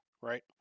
right